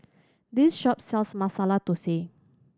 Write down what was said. this shop sells Masala Thosai